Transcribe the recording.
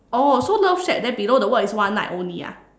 oh so love shack then below the word is one night only ah